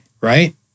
right